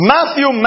Matthew